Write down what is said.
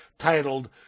titled